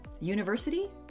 University